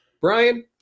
Brian